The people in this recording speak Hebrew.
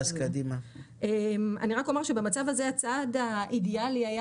אני רק אומר שבמצב הזה הצעד האידיאלי היה